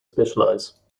specialize